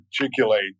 articulate